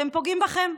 אתם פוגעים בכם,